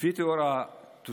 לפי תיאור התושבים,